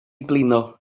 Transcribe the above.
blino